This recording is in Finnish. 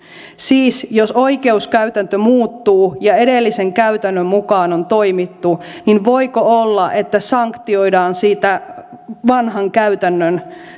siis jos oikeuskäytäntö muuttuu ja edellisen käytännön mukaan on toimittu niin voiko olla että sanktioidaan siitä vanhan käytännön